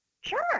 Sure